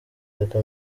reka